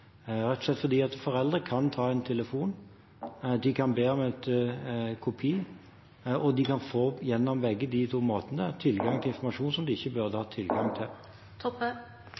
rett og slett fordi foreldre kan ta en telefon, de kan be om en kopi, og gjennom begge de to måtene kan de få tilgang til informasjon som de ikke burde hatt tilgang